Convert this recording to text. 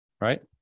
right